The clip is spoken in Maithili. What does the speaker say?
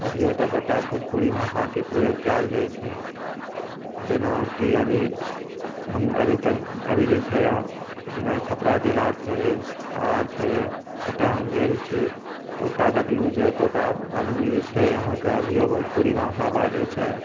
अभिओ तक ओतय भोजपुरी भाषाके प्रयोग कयल जाइत छै जेनाकि अभी हम अभी तक जेना अभी जे छै जेना छपड़ा जिला छै आरा छै ओतय हम गेल छी तऽ ओतय देखलहुँ जे ओतुका आदमी जे छै अहाँकेँ अभिओ भोजपुरी भाषा बाजैत छै